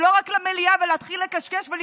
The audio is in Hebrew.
ולא רק למליאה ולהתחיל לקשקש ואת